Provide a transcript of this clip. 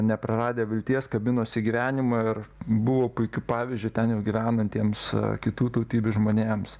nepraradę vilties kabinosi į gyvenimą ir buvo puikiu pavyzdžiu ten jau gyvenantiems kitų tautybių žmonėms